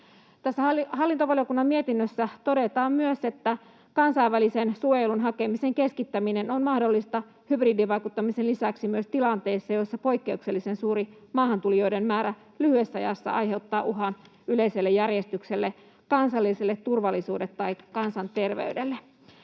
hallintovaliokunnan mietinnössä todetaan myös, että ”kansainvälisen suojelun hakemisen keskittäminen on mahdollista hybridivaikuttamisen lisäksi myös tilanteissa, joissa poikkeuksellisen suuri maahantulijoiden määrä lyhyessä ajassa aiheuttaa uhan yleiselle järjestykselle, kansalliselle turvallisuudelle tai kansanterveydelle”.